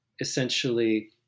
essentially